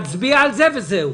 אני הולך להצביע על זה, וזהו.